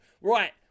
Right